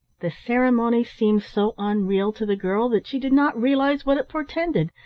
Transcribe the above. the ceremony seemed so unreal to the girl that she did not realise what it portended,